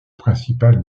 principal